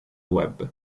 web